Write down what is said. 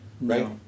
right